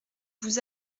vous